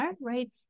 right